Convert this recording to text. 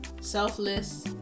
selfless